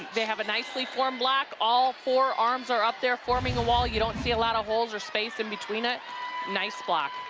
they have a nicely formed block all four arms are up there forming a wall you don't see a lot of holes or space and between it nice block.